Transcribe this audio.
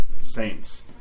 saints